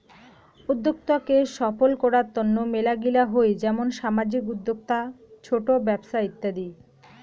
উদ্যোক্তা কে সফল করার তন্ন মেলাগিলা হই যেমন সামাজিক উদ্যোক্তা, ছোট ব্যপছা ইত্যাদি